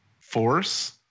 force